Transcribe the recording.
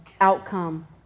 outcome